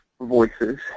voices